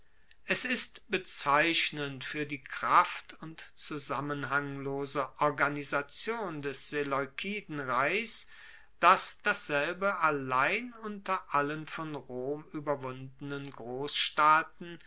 es ist bezeichnend fuer die kraft und zusammenhanglose organisation des seleukidenreichs dass dasselbe allein unter allen von rom ueberwundenen grossstaaten